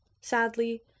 Sadly